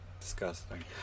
disgusting